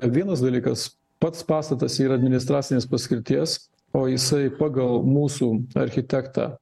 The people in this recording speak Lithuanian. vienas dalykas pats pastatas yra administracinės paskirties o jisai pagal mūsų architektą